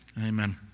Amen